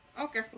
Okay